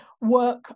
work